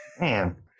Man